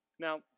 now,